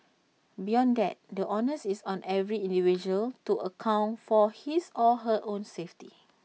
beyond that the onus is on every individual to account for his or her own safety